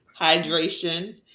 hydration